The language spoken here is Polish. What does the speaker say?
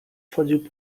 wchodził